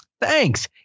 Thanks